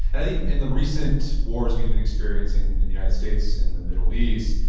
and i think in the recent wars we've been experiencing in the united states, in the middle east,